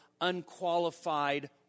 unqualified